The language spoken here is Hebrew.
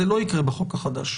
זה לא יקרה בחוק החדש.